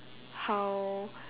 how